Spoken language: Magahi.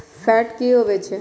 फैट की होवछै?